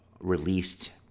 released